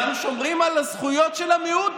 כמה שעות העיד העורך דין של המשפחות,